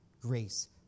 grace